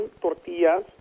tortillas